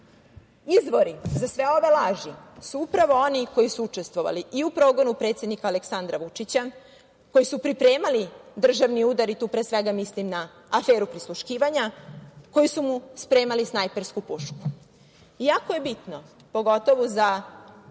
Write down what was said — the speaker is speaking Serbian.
Vučiću. Izvori za sve ove laži su upravo oni koji su učestvovali i u progonu predsednika Aleksandra Vučića, koji su pripremali državni udar, i tu pre svega mislim na aferu „prisluškivanja“ koji su mu spremali snajpersku pušku. Jako je bitno, pogotovo za